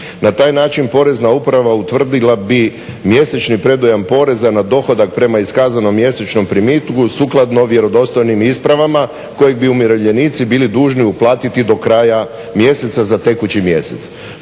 Na taj način Porezna uprava utvrdila bi mjesečni predujam na dohodak prema iskazanom mjesečnom primitku sukladno vjerodostojnim ispravama kojeg bi umirovljenici bili dužni uplatiti do kraja mjeseca za tekući mjesec.